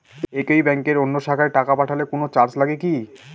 একই ব্যাংকের অন্য শাখায় টাকা পাঠালে কোন চার্জ লাগে কি?